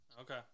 Okay